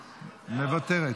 מוותרת,